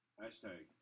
Hashtag